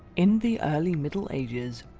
in the early middle ages,